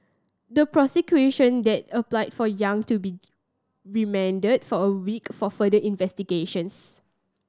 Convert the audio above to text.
the prosecution applied for Yang to be remanded for a week for further investigations